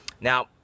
Now